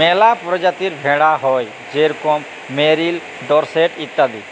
ম্যালা পরজাতির ভেড়া হ্যয় যেরকম মেরিল, ডরসেট ইত্যাদি